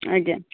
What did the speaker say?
ଆଜ୍ଞା